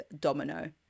domino